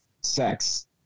sex